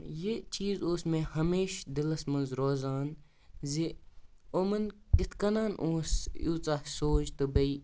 یہِ چیٖز اوس مےٚ ہمیشہٕ دِلَس منٛز روزان زِ یِمَن کِتھٕ کٔنۍ اوس ییٖژاہ سونٛچ تہٕ بیٚیہِ